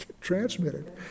transmitted